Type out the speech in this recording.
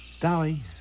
Dolly